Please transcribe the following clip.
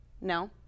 No